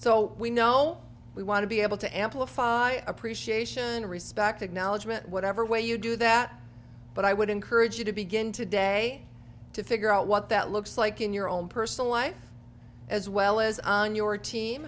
so we know we want to be able to amplify appreciation respect acknowledgement whatever way you do that but i would encourage you to begin today to figure out what that looks like in your own personal life as well as on your team